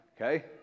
okay